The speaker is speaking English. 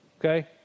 Okay